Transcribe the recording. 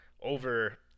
over